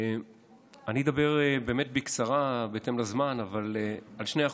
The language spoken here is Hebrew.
אדבר בקצרה, בהתאם לזמן, על שני החוקים.